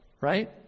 right